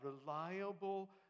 reliable